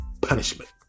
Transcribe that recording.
punishment